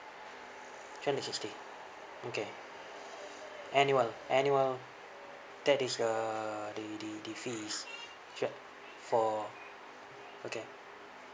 three hundred sixty okay annual annual that is the the the the fees insured for okay